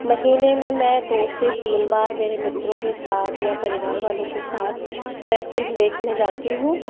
महीने में मैं दो से तीन बार मेरे मित्रों के साथ या परिवार वालों के साथ मैं फिल्म देखने जाती हूँ